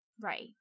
Right